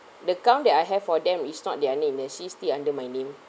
the account that I have for them is not their name they still still under my name